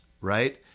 right